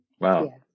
Wow